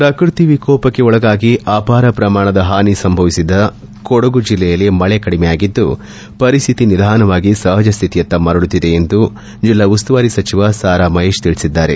ಪ್ರಕೃತಿ ವಿಕೋಪಕ್ಕೆ ಒಳಗಾಗಿ ಅಪಾರ ಪ್ರಮಾಣದ ಪಾನಿ ಸಂಭವಿಸಿದ್ದ ಕೊಡಗು ಜಿಲ್ಲೆಯಲ್ಲಿ ಮಳೆ ಕಡಿಮೆಯಾಗಿದ್ದು ಪರಿಸ್ತಿತಿ ನಿಧಾನವಾಗಿ ಸಹಜಸ್ಥಿತಿಯತ್ತ ಮರಳುತ್ತಿದೆ ಎಂದು ಜಿಲ್ಡಾ ಉಸ್ತುವಾರಿ ಸಚಿವ ಸಾರಾ ಮಹೇಶ್ ತಿಳಿಸಿದ್ದಾರೆ